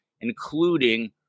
including